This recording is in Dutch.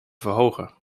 verhogen